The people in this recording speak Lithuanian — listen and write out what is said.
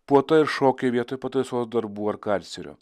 puota ir šokiai vietoj pataisos darbų ar karcerio